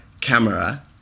camera